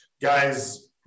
guys